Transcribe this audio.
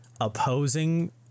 opposing